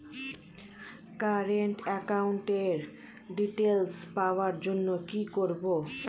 Current একাউন্টের details পাওয়ার জন্য কি করব?